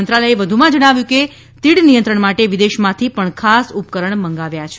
મંત્રાલયે વધુમાં કહ્યું કે તીડ નિયંત્રણ માટે વિદેશમાંથી પણ ખાસ ઉપકરમ મંગાવ્યા છે